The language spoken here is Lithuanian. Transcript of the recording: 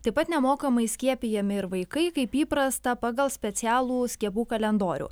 taip pat nemokamai skiepijami ir vaikai kaip įprasta pagal specialų skiepų kalendorių